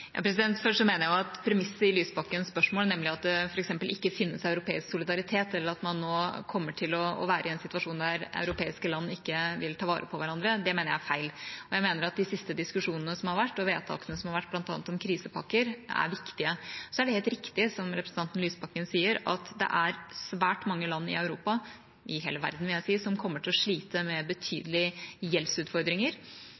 mener jeg at premisset i Lysbakkens spørsmål, nemlig at det f.eks. ikke finnes europeisk solidaritet, eller at man nå kommer til å være i en situasjon der europeiske land ikke vil ta vare på hverandre, er feil. Jeg mener at de siste diskusjonene og vedtakene som har vært om bl.a. krisepakker, er viktige. Så er det helt riktig som representanten Lysbakken sier, at det er svært mange land i Europa – i hele verden, vil jeg si – som kommer til å slite med